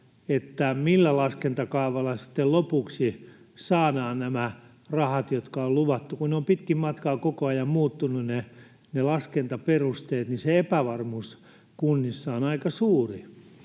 millä laskentakaavalla lopuksi saadaan nämä rahat, jotka on luvattu, kun ne laskentaperusteet ovat pitkin matkaa koko ajan muuttuneet, niin se epävarmuus kunnissa on aika suuri.